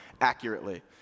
accurately